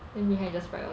then you can just right